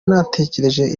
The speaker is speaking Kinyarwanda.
natekereje